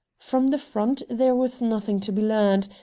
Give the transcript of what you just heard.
from the front there was nothing to be learned,